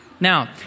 Now